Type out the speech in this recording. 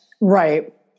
right